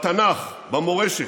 בתנ"ך, במורשת,